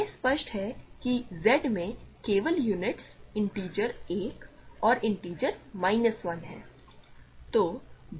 यह स्पष्ट है कि Z में केवल यूनिटस इंटिजर 1 और इंटिजर माइनस 1 हैं